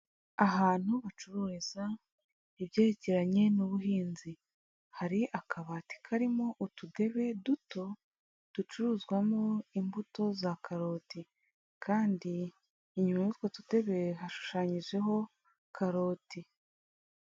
Ahantu bacururiza ibyerekeranye n'ubuhinzi, hari akabati karimo utudebe duto ducuruzwamo imbuto za karoti kandi inyuma y'utwo tudebe hashushanyijeho karoti.